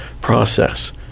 process